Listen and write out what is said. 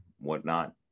whatnot